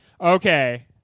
Okay